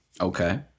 Okay